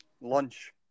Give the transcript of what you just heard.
lunch